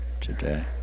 today